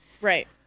Right